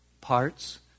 parts